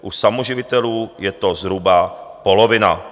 U samoživitelů je to zhruba polovina.